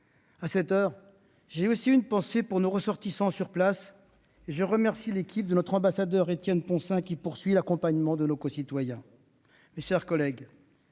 À cette heure, j'ai aussi une pensée pour nos ressortissants sur place. Je remercie l'équipe de notre ambassadeur, Étienne de Poncins, qui poursuit l'accompagnement de nos concitoyens. Mes chers collègues,